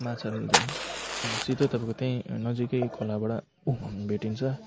माछाहरू सिधै तपाईँको त्यहीँ नजिकै खोलाबाट भेटिन्छ